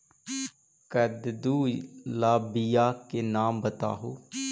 कददु ला बियाह के नाम बताहु?